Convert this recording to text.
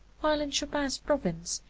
while in chopin's province,